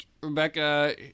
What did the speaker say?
Rebecca